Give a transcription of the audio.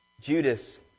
Judas